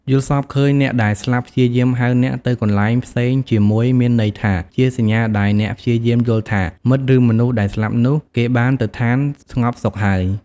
យល់សប្តិឃើញ អ្នកដែលស្លាប់ព្យាយាមហៅអ្នកទៅកន្លែងផ្សេងជាមួយ មានន័យថា ជាសញ្ញាដែល អ្នកព្យាយាមយល់ថា មិត្តឬមនុស្សដែលស្លាប់នោះ គេបានទៅឋានស្ងប់សុខហើយ ។